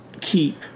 keep